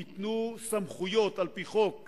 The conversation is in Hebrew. ייתנו סמכויות על-פי חוק,